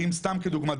סתם כדוגמה,